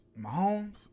Mahomes